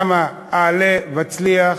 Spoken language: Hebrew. אוסאמה, עלה והצלח.